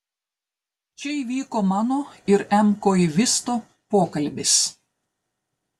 čia įvyko mano ir m koivisto pokalbis